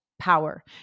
power